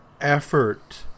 effort